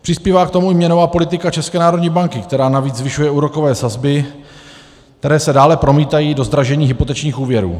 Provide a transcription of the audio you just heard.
Přispívá k tomu i měnová politika České národní banky, která navíc zvyšuje úrokové sazby, které se dále promítají do zdražení hypotečních úvěrů.